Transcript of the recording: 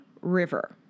River